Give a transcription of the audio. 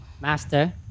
Master